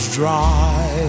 dry